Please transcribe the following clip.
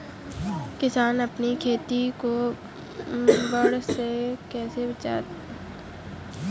किसान अपनी खेती को बाढ़ से कैसे बचा सकते हैं?